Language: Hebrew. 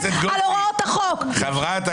על הוראות החוק -- חברת הכנסת גוטליב.